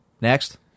Next